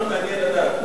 סתם מעניין לדעת,